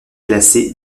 classé